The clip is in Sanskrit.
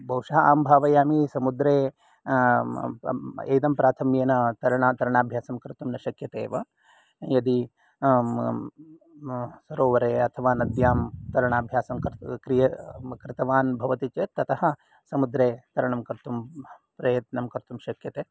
बहुशः अहं भावयामि समुद्रे ऐदम्प्राथम्येन तरणा तरणाभ्यासं कर्तुं न शक्यते एव यदि सरोवरे अथवा नद्यां तरणाभ्यासं कृतवान् भवति चेत् ततः समुद्रे तरणं कर्तुं प्रयत्नः कर्तुं शक्यते